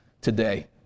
today